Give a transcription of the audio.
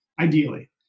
ideally